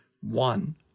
One